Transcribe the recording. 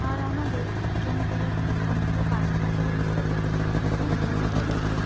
আর আমাদের জমিতে যখন ধানগুলো কাঁচা কাঁচা অবস্থায় থাকে তখন ধানগুলো দেখতে